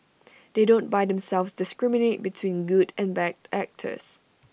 although The S T report and videos are rooted in fact that doesn't mean they are not sanitised